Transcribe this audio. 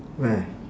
where